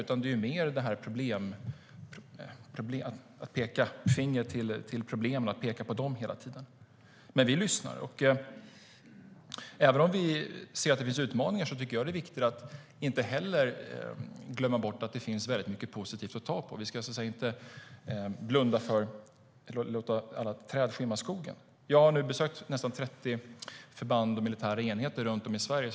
Det handlar mer om att peka finger och att peka på problemen hela tiden. Men vi lyssnar. Även om vi ser att det finns utmaningar tycker jag att det är viktigt att inte glömma bort att det finns mycket positivt att ta på. Vi ska inte blunda för det och inte låta alla träd skymma skogen. Jag har nu besökt nästan 30 förband och militära enheter runt om i Sverige.